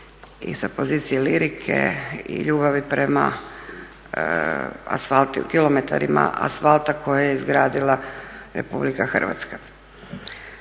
i sa pozicija lirike i ljubavi prema asfaltu, kilometrima asfalta koje je izgradila RH. Zato